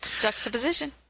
Juxtaposition